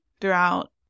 throughout